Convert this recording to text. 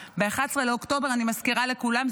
אני מזכירה לכולם,